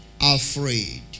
afraid